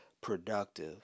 productive